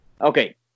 Okay